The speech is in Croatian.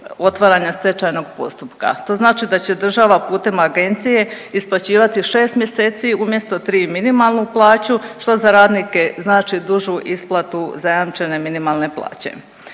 otvaranja stečajnog postupka. To znači da će država putem agencije isplaćivati 6 mjeseci umjesto 3 minimalnu plaću što za radnike znači dužu isplatu zajamčene minimalne plaće.